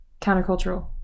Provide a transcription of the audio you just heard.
countercultural